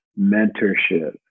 mentorship